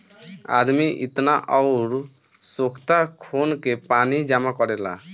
आदमी इनार अउर सोख्ता खोन के पानी जमा करेला